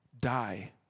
die